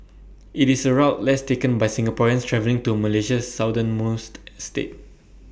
IT is A route less taken by Singaporeans travelling to Malaysia's southernmost state